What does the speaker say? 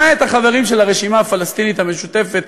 למעט החברים של הרשימה הפלסטינית המשותפת,